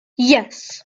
yes